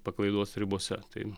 paklaidos ribose tai